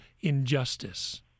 injustice